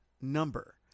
number